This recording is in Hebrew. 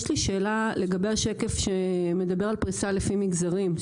יש לי שאלה לגבי השקף שמדבר על פריסה לפי מגזרים,